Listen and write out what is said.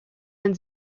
man